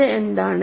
ഇത് എന്താണ്